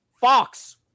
Fox